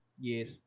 Yes